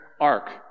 ark